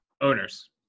Owners